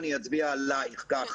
יצביעו רק